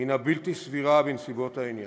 היא בלתי סבירה בנסיבות העניין.